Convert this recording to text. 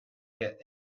get